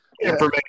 information